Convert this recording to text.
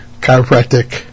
chiropractic